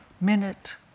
minute